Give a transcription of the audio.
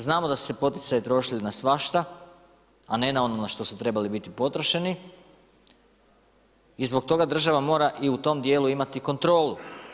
Znamo da su se poticaji trošili na svašta, a ne na ono na što su trebali biti potrošeni i zbog toga država mora i u tom dijelu imati kontrolu.